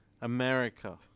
America